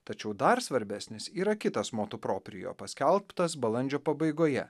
tačiau dar svarbesnis yra kitas moto proprijo paskelbtas balandžio pabaigoje